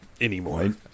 anymore